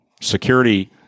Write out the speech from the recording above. Security